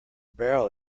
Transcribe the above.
barrel